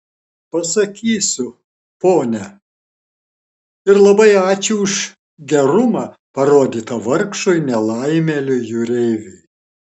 pasakysiu ponia ir labai ačiū už gerumą parodytą vargšui nelaimėliui jūreiviui